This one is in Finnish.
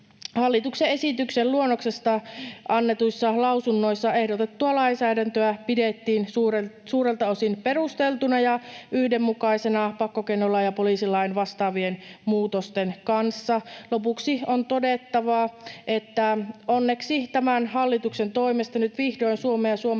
Hallituksen esityksen luonnoksesta annetuissa lausunnoissa ehdotettua lainsäädäntöä pidettiin suurelta osin perusteltuna ja yhdenmukaisena pakkokeinolain ja poliisilain vastaavien muutosten kanssa. Lopuksi on todettava, että onneksi tämän hallituksen toimesta nyt vihdoin Suomen ja